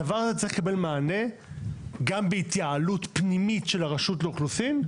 הדבר הזה צריך לקבל מענה גם בהתייעלות פנימית של הרשות לאוכלוסין.